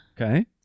Okay